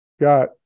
got